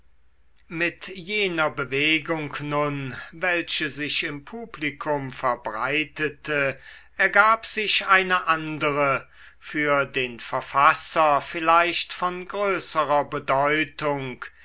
mit jener bewegung nun welche sich im publikum verbreitete ergab sich eine andere für den verfasser vielleicht von größerer bedeutung